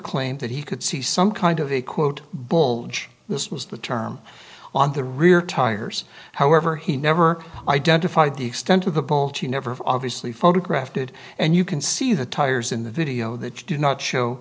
claimed that he could see some kind of a quote bulge this was the term on the rear tires however he never identified the extent of the bolt she never obviously photographed it and you can see the tires in the video that do not show